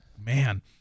man